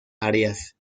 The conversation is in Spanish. áreas